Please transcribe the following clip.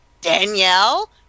Danielle